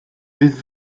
fydd